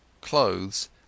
clothes